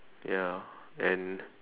ya and